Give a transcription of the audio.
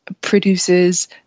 produces